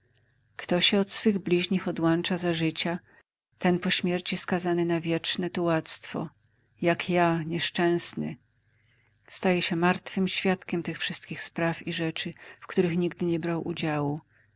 kto się od swych bliźnich odłącza za życia ten po śmierci skazany na wieczne tułactwo jak ja nieszczęsny staje się martwym świadkiem tych wszystkich spraw i rzeczy w których nigdy nie brał udziału